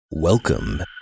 Welcome